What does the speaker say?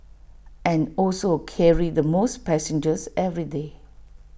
and also carry the most passengers every day